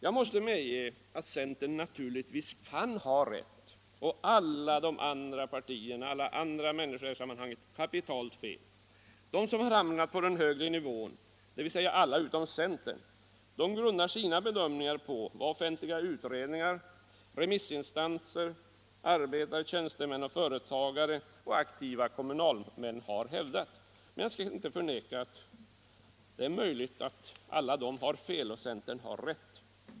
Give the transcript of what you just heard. Jag måste medge att centern naturligtvis kan ha rätt och alla andra partier och människor kapitalt fel. De som har hamnat vid den högre nivån, dvs. alla utom centern, grundar sina bedömningar på vad offentliga utredningar, remissinstanser, arbetare, tjänstemän och företagare samt aktiva kommunalmän har hävdat. Men jag skall inte förneka att det är möjligt att de alla har fel medan centern har rätt.